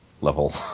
level